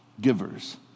givers